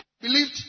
believed